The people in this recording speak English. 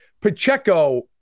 Pacheco